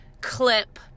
clip